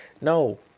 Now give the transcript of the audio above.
no